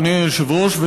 אדוני היושב-ראש,